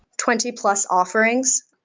twenty plus offerings.